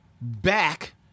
back